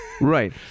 Right